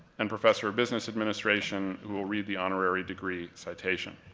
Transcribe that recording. and professor of business administration, who will read the honorary degree citation.